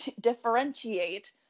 differentiate